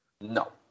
no